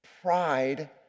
pride